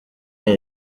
yari